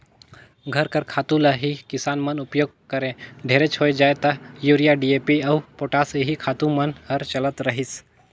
घर कर खातू ल ही किसान मन उपियोग करें ढेरेच होए जाए ता यूरिया, डी.ए.पी अउ पोटास एही खातू मन हर चलत रहिस